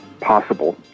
possible